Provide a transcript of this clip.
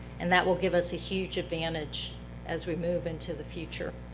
and that will give us a huge advantage as we move into the future.